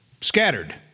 scattered